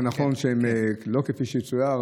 זה נכון שהם לא כפי שצויר,